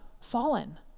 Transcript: fallen